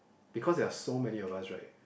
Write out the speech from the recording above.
because they are so many of us right